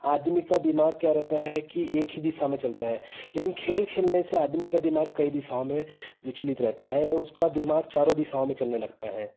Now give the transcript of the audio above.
आदमी का दिमाग क्या रहता है कि एक ही दिशा में चलता है लेकिन खेल खेलने से आदमी का दिमाग कई दिशाओं में विचलित रहता है उसका दिमाग चारों दिशाओं में चलने लगता है